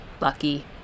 Lucky